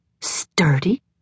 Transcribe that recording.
Sturdy